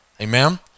Amen